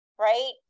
right